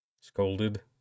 Scolded